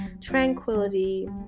tranquility